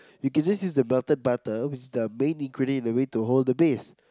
you can just use the melted butter which is the main ingredient in the way to hold the base